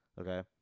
okay